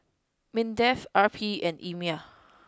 Mindef R P and EMA